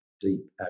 deep